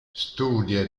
studia